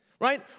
right